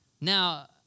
Now